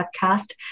podcast